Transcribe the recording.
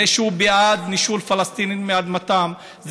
זה שהוא בעד נישול פלסטינים מאדמתם,